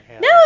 No